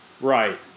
Right